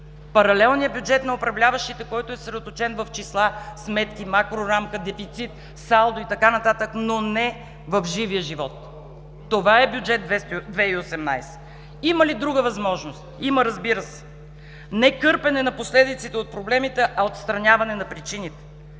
Паралелният бюджет на управляващите, който е съсредоточен в числа, сметки, макрорамка, дефицит, салдо и така нататък, но не в живия живот. Това е Бюджет 2018! Има ли друга възможност? Има, разбира се. Не кърпене на последици от проблемите, а отстраняване на причините.